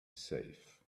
safe